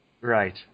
Right